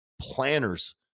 planners